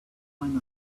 find